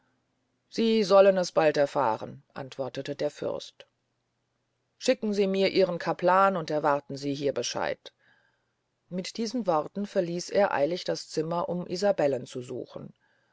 sie sollen es bald erfahren antwortete der fürst schicken sie mir ihren capellan und erwarten sie hier bescheid mit diesen worten verließ er eilig das zimmer um isabellen zu suchen